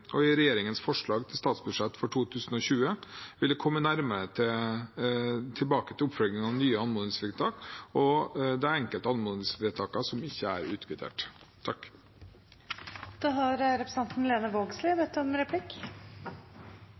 I regjeringens forslag til statsbudsjett for 2020 vil jeg komme nærmere tilbake til oppfølgingen av nye anmodningsvedtak og de enkelte anmodningsvedtakene som ikke er blitt utkvittert.